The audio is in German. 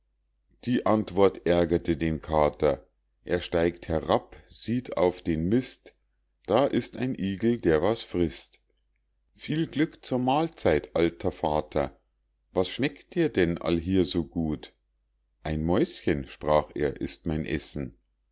die antwort ärgerte den kater er steigt herab sieht auf den mist da ist ein igel der was frißt viel glück zur mahlzeit alter vater was schmeckt dir denn allhier so gut ein mäuschen sprach er ist mein essen